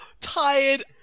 tired